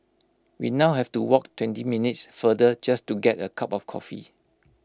we now have to walk twenty minutes further just to get A cup of coffee